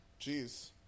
jeez